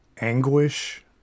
anguish